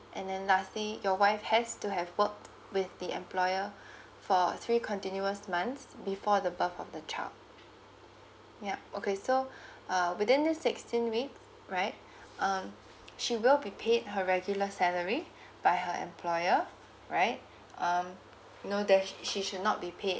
and then lastly your wife has to have worked with the employer for three continuous months before the birth of the child yup okay so uh within these sixteen weeks right um she will be paid her regular salary by her employer right um you know that she she should not be paid